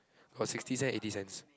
or sixty cent eighty cents